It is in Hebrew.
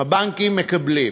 הבנקים מקבלים.